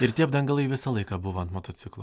ir tie apdangalai visą laiką buvo ant motociklo